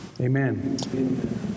amen